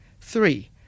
three